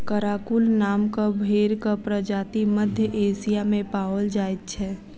Karakul नामक भेंड़क प्रजाति मध्य एशिया मे पाओल जाइत छै